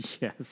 Yes